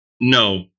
No